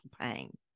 pain